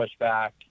pushback